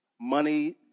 Money